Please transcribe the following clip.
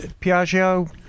Piaggio